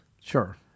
Sure